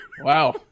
Wow